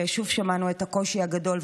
ושוב שמענו את הקושי הגדול.